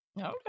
okay